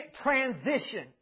transition